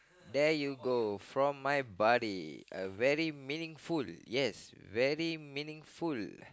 there you go from your body uh very meaningful yes very meaningful